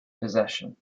possession